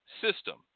system